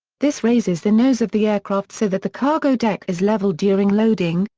this raises the nose of the aircraft so that the cargo deck is level during loading,